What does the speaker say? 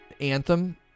Anthem